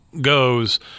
goes